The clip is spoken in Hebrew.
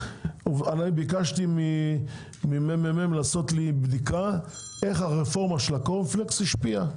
ביקשתי מהממ"מ לעשות לי בדיקה על איך הרפורמה של הקורנפלקס השפיעה.